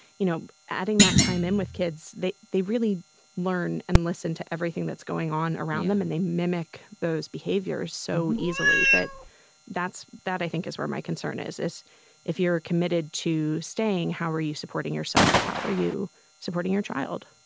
you know, adding that time in with kids, they they really learn and listen to everything that's going on around them. and they mimic those behaviors so easily that that's that i think is where my concern is, is if you're committed to staying, how are you supporting yourself? how are you supporting your child?